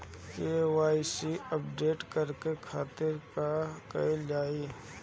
KYC update करे के खातिर का कइल जाइ?